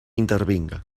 intervinga